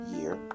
year